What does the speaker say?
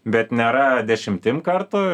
bet nėra dešimtim kartų